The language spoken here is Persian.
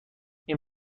این